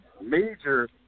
major